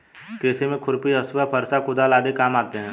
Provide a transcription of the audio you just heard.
कृषि में खुरपी, हँसुआ, फरसा, कुदाल आदि काम आते है